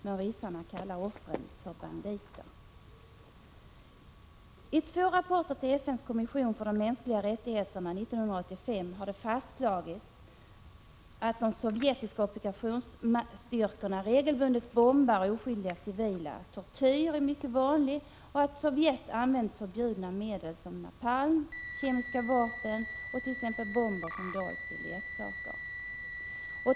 Men ryssarna kallar offren för banditer. I två rapporter till FN:s kommission för de mänskliga rättigheterna 1985 har det fastslagits att de sovjetiska ockupationsstyrkorna regelbundet bombar oskyldiga civila, att tortyr är mycket vanlig och att Sovjet använt förbjudna medel som napalm, kemiska vapen och t.ex. bomber som dolts i leksaker.